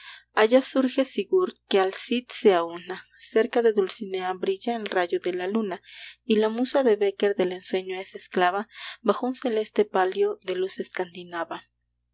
allá surge sigurd que al cid se aúna cerca de dulcinea brilla el rayo de luna y la musa de bécquer del ensueño es esclava bajo un celeste palio de luz